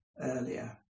earlier